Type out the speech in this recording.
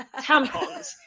Tampons